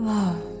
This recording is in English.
love